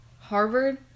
Harvard